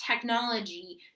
technology